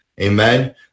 Amen